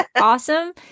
awesome